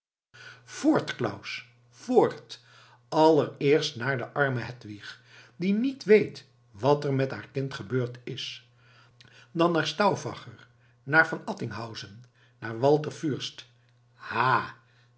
voort claus voort allereerst naar de arme hedwig die niet weet wat er met haar kind gebeurd is dan naar stauffacher naar van attinghausen naar walter fürst ha